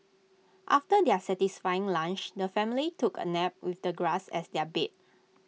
after their satisfying lunch the family took A nap with the grass as their bed